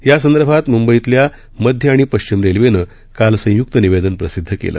यासंदर्भात मुंबईतल्या मध्य आणि पश्चिम रेल्वेनं काल संयुक्त निवेदन प्रसिद्ध केलं